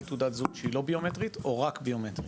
תעודת זהות שהיא לא ביומטרית או רק ביומטרית?